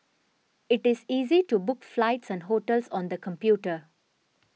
it is easy to book flights and hotels on the computer